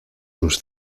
sus